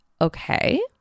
okay